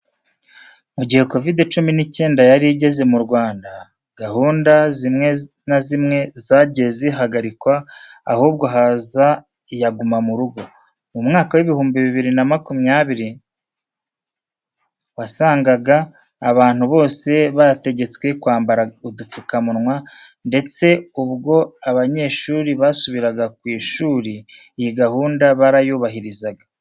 Mu gihe Kovide cumi n'icyenda yari igeze mu Rwanda, gahunda zimwe na zimwe zagiye zihagarikwa ahubwo haza iya guma mu rugo. Mu mwaka w'ibihumbi bibiri na makumyabiri wasangaga abantu bose bategetswe kwambara udupfukamunwa ndetse ubwo abanyeshuri basubiraga ku ishuri iyi gahunda barayubahirizaga.